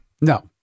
No